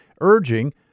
urging